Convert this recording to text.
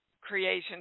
Creation